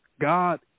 God